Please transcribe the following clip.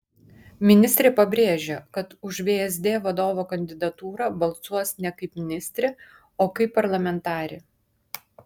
ministrė pabrėžė kad už vsd vadovo kandidatūrą balsuos ne kaip ministrė o kaip parlamentarė